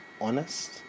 honest